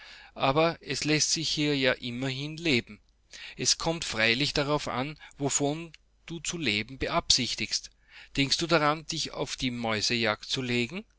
aber es läßt sich hier ja immerhin leben es kommt freilich darauf an wovon du zu leben beabsichtigst denkst du daran dich auf die mäusejagd zu legen